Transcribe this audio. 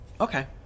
Okay